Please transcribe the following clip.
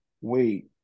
wait